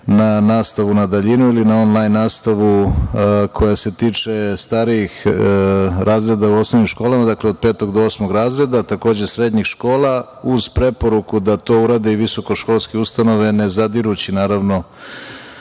na nastavu na daljinu ili na onlajn nastavu koja se tiče starijih razreda u osnovnim školama. Dakle, od petog do osmog razreda, takođe srednjih škola uz preporuku da to urade visokoškolske ustanove ne zadirući naravno